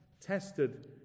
tested